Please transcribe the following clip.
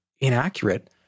inaccurate